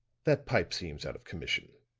that pipe seems out of commission.